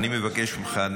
אני מבקש ממך,